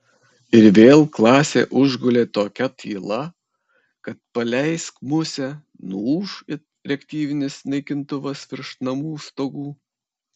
ir vėl klasę užgulė tokia tyla kad paleisk musę nuūš it reaktyvinis naikintuvas virš namų stogų